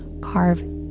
carve